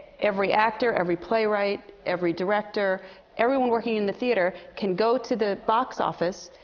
every actor, every playwright, every director everyone working in the theatre can go to the box office,